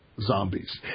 zombies